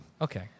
Okay